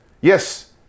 yes